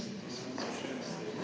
Hvala